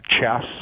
chess